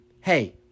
hey